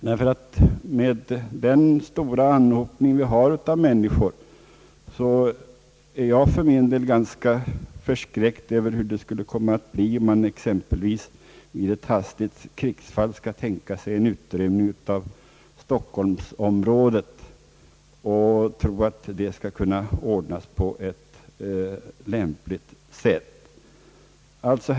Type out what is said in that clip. Men med den stora anhopning av människor som vi har i vissa delar av landet är jag ganska förskräckt över hur det skulle komma att bli om man exempelvis vid ett hastigt krigsfall skall tänka sig en utrymning av stockholmsområdet och tror att det skulle kunna ordnas på ett tillfredsställande sätt.